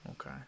Okay